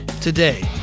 Today